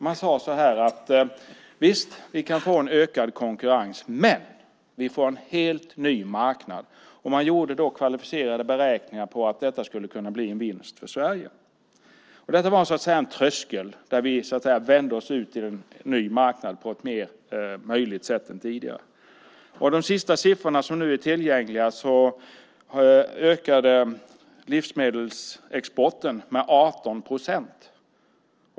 Man sade så här: Visst, vi kan få en ökad konkurrens, men vi får en helt ny marknad. Man gjorde då kvalificerade beräkningar om att detta skulle kunna bli en vinst för Sverige. Det var som att komma över en tröskel, vilket gjorde det lättare att vända oss ut till en ny marknad än tidigare. Enligt de senast tillgängliga siffrorna ökade livsmedelsexporten med 18 procent.